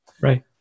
Right